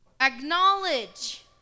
Acknowledge